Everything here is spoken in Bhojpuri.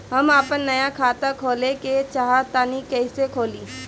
हम आपन नया खाता खोले के चाह तानि कइसे खुलि?